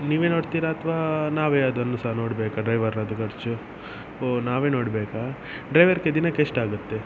ನೀವೇ ನೋಡ್ತೀರಾ ಅಥವಾ ನಾವೇ ಅದನ್ನು ಸಹ ನೋಡಬೇಕಾ ಡ್ರೈವರ್ನದ್ದು ಖರ್ಚು ಓ ನಾವೇ ನೋಡಬೇಕಾ ಡ್ರೈವರ್ಗೆ ದಿನಕ್ಕೆ ಎಷ್ಟಾಗತ್ತೆ